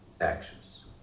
actions